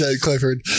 Clifford